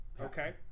Okay